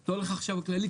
אתה הולך לחשב הכללי,